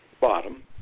bottom